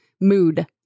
mood